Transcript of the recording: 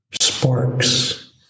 sparks